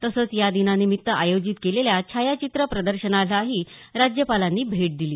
तसंच या दिनानिमित्त आयोजित केलेल्या छायाचित्र प्रदर्शनालाही राज्यपालांनी भेट दिली